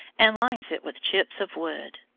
and lines it with chips of wood.